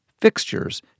fixtures